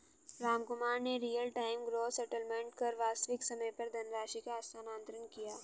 रामकुमार ने real time gross settlement कर वास्तविक समय पर धनराशि का हस्तांतरण किया